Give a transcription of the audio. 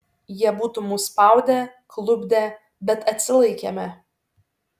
jie būtų mus spaudę klupdę bet atsilaikėme